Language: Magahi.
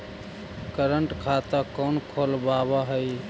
करंट खाता कौन खुलवावा हई